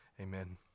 Amen